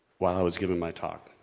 while i was giving my talk.